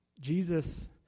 Jesus